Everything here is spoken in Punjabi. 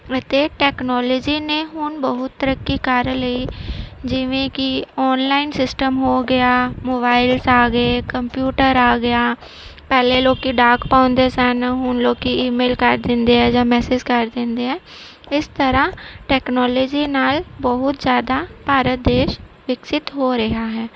ਅਤੇ ਟੈਕਨੋਲਜੀ ਨੇ ਹੁਣ ਬਹੁਤ ਤਰੱਕੀ ਕਰ ਲਈ ਜਿਵੇਂ ਕਿ ਆਨਲਾਈਨ ਸਿਸਟਮ ਹੋ ਗਿਆ ਮੋਬਾਇਲਸ ਆ ਗਏ ਕੰਪਿਊਟਰ ਆ ਗਿਆ ਪਹਿਲੇ ਲੋਕ ਡਾਕ ਪਾਉਂਦੇ ਸਨ ਹੁਣ ਲੋਕ ਈਮੇਲ ਕਰ ਦਿੰਦੇ ਆ ਜਾਂ ਮੈਸੇਜ ਕਰ ਦਿੰਦੇ ਆ ਇਸ ਤਰ੍ਹਾਂ ਟੈਕਨੋਲੋਜੀ ਨਾਲ ਬਹੁਤ ਜ਼ਿਆਦਾ ਭਾਰਤ ਦੇਸ਼ ਵਿਕਸਿਤ ਹੋ ਰਿਹਾ ਹੈ